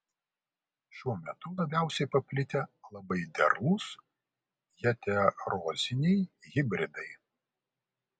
šiuo metu labiausiai paplitę labai derlūs heteroziniai hibridai